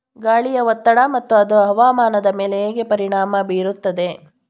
ಗಾಳಿಯ ಒತ್ತಡ ಮತ್ತು ಅದು ಹವಾಮಾನದ ಮೇಲೆ ಹೇಗೆ ಪರಿಣಾಮ ಬೀರುತ್ತದೆ?